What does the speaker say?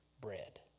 bread